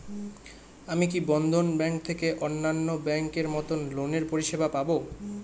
আমি কি বন্ধন ব্যাংক থেকে অন্যান্য ব্যাংক এর মতন লোনের পরিসেবা পাব?